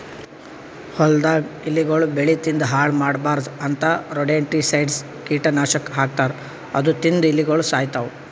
ಹೊಲ್ದಾಗ್ ಇಲಿಗೊಳ್ ಬೆಳಿ ತಿಂದ್ ಹಾಳ್ ಮಾಡ್ಬಾರ್ದ್ ಅಂತಾ ರೊಡೆಂಟಿಸೈಡ್ಸ್ ಕೀಟನಾಶಕ್ ಹಾಕ್ತಾರ್ ಅದು ತಿಂದ್ ಇಲಿಗೊಳ್ ಸಾಯ್ತವ್